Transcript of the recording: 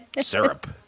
syrup